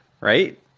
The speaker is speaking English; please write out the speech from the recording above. right